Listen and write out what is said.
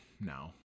No